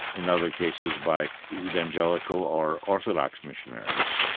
in other cases by evangelical or orthodox missionaries.